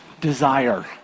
desire